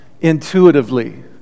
intuitively